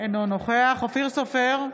אינו נוכח אופיר סופר,